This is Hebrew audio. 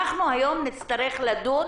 היום נצטרך לדון